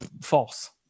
False